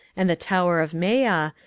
and the tower of meah,